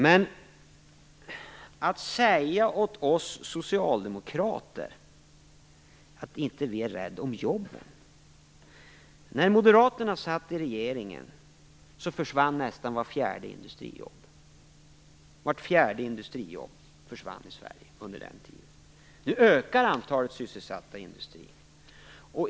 Men hur kan hon säga åt oss socialdemokrater att vi inte är rädda om jobben? När Moderaterna satt i regeringen försvann nästan vart fjärde industrijobb i Sverige. Nu ökar antalet sysselsatta i industrin.